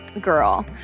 girl